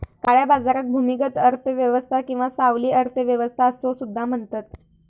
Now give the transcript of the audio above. काळ्या बाजाराक भूमिगत अर्थ व्यवस्था किंवा सावली अर्थ व्यवस्था असो सुद्धा म्हणतत